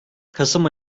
kasım